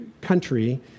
country